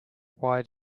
why